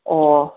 ꯑꯣ